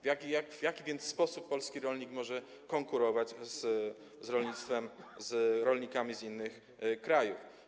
W jaki więc sposób polski rolnik może konkurować z rolnictwem, z rolnikami z innych krajów?